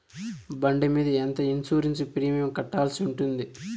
బండి మీద ఎంత ఇన్సూరెన్సు ప్రీమియం కట్టాల్సి ఉంటుంది?